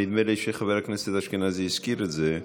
ונדמה לי שחבר הכנסת אשכנזי הזכיר את זה,